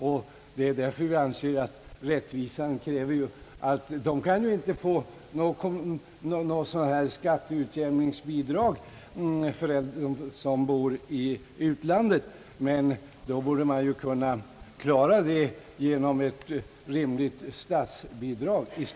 Vi an ser därför att rättvisan mot skolbarnen i utlandet som ju inte kan få förmånen av något skatteutjämningsbidrag kräver att ett rimligt statsbidrag ges.